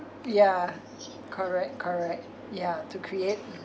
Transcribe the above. ya correct correct ya to create